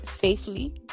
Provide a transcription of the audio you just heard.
safely